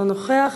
אינו נוכח.